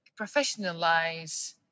professionalize